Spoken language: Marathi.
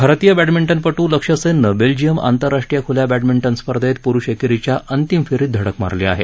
भारतीय बॅडमिंटनपटू लक्ष्य सेननं बेल्जियम आंतरराष्ट्रीय खुल्या बॅडमिंटन स्पर्धेत प्रुष एकेरीच्या अंतिम फेरीत धडक मारली आहे